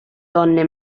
donne